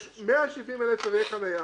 יש 170,000 תווי חניה,